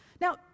Now